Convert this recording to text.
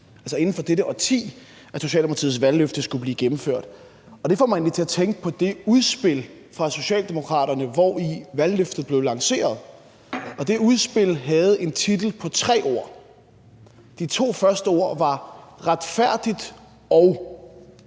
inden for dette årti, at Socialdemokratiets valgløfte skulle blive gennemført. Og det får mig egentlig til at tænke på det udspil fra Socialdemokraterne, hvori valgløftet blev lanceret. Og det udspil havde en titel på tre ord – de to første ord var »Retfærdigt og«.